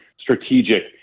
strategic